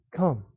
come